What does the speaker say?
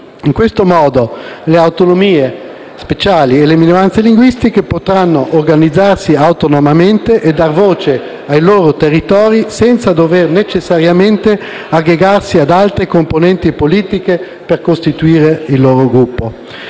in questo modo, le autonomie speciali e le minoranze linguistiche potranno organizzarsi autonomamente e dar voce ai loro territori, senza dover necessariamente aggregarsi ad altre componenti politiche per costituire un Gruppo.